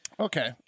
Okay